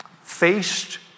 faced